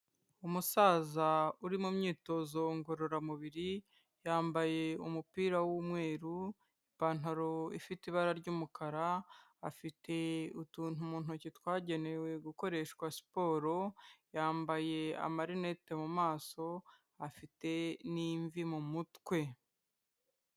Umusaza uri mu myitozo ngororamubiri yambaye umupira w'umweru, ipantaro ifite ibara ry'umukara, afite utuntu mu ntoki twagenewe gukoreshwa siporo, yambaye amarinete mu maso afite n'imvi mu mutwe.